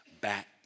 back